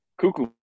Cuckoo